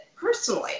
personally